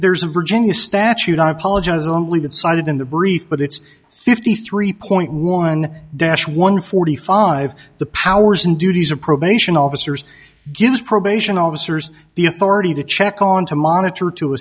there's a virginia statute i apologize only been cited in the brief but it's fifty three point one dash one forty five the powers and duties of probation officers gives probation officers the authority to check on to monitor to